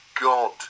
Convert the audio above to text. God